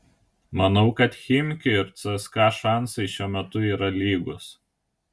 manau kad chimki ir cska šansai šiuo metu yra lygūs